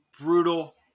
brutal